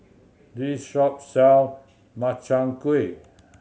this shop sell Makchang Gui